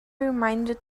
reminded